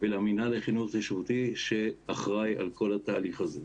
ולמינהל לחינוך התיישבותי שאחראי על כל התהליך הזה.